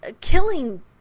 killing